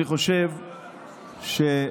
אני חושב שכמוסד